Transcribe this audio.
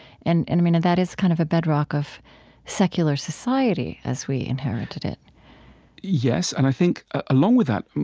and and mean, that is kind of a bedrock of secular society as we inherited it yes, and i think along with that,